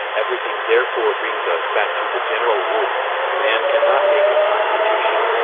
everything therefore brings us back to the general rule man cannot make a constitution,